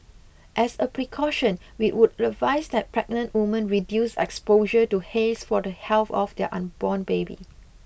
as a precaution we would advise that pregnant women reduce exposure to haze for the health of their unborn baby